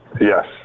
Yes